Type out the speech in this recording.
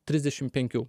trisdešim penkių